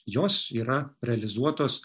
jos yra realizuotas